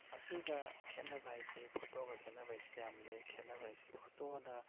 ꯃꯁꯤꯒ ꯈꯦꯠꯅꯕ ꯍꯥꯏꯁꯦ ꯐꯣꯇꯣꯒ ꯈꯦꯠꯅꯕ ꯍꯥꯏꯁꯦ ꯌꯥꯝ ꯂꯩ ꯈꯦꯠꯅꯕ ꯍꯥꯏꯁꯦ ꯐꯣꯇꯣꯅ